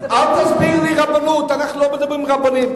אל תסבירי לי רבנות, אנחנו לא מדברים רבנים.